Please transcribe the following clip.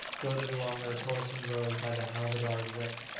goaded along their toilsome road by the havildar's whip.